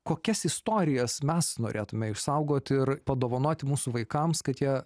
kokias istorijas mes norėtume išsaugoti ir padovanoti mūsų vaikams kad jie